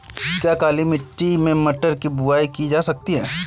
क्या काली मिट्टी में मटर की बुआई की जा सकती है?